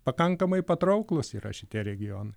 pakankamai patrauklūs yra šitie regionai